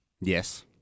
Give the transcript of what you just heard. Yes